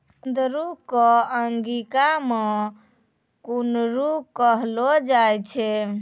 कुंदरू कॅ अंगिका मॅ कुनरी कहलो जाय छै